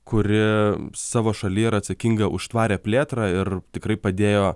kuri savo šaly yra atsakinga už tvarią plėtrą ir tikrai padėjo